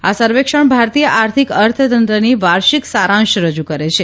આ સર્વેક્ષણ ભારતીય આર્થિક અર્થતંત્રની વાર્ષિક સારાંશ રજૂ કરે છે